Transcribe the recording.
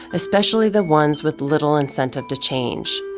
especially the ones with little incentive to change?